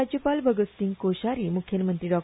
राज्यपाल भगतसिंंग कोश्यारी मुख्यमंत्री डॉ